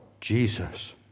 Jesus